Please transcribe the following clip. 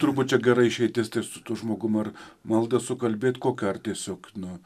turbūt čia gera išeitis tai su tuo žmogum ar maldą sukalbėt kokią ar tiesiog nu